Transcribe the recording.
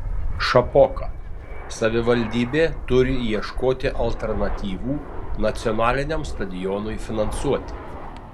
šapoka savivaldybė turi ieškoti alternatyvų nacionaliniam stadionui finansuoti